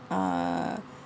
uh